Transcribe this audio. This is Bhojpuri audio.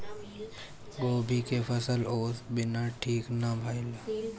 गोभी के फसल ओस बिना ठीक ना भइल